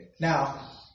Now